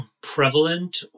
prevalent